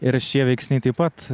ir šie veiksniai taip pat